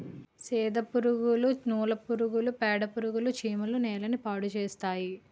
సెదపురుగులు నూలు పురుగులు పేడపురుగులు చీమలు నేలని పాడుచేస్తాయి